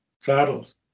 saddles